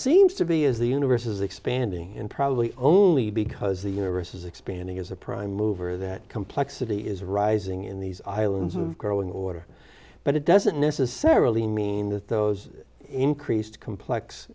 seems to be is the universe is expanding and probably only because the universe is expanding is a prime mover that complexity is rising in these islands of growing order but it doesn't necessarily mean that those increased complex